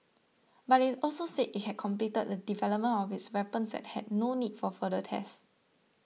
but it also said it had completed the development of its weapons and had no need for further tests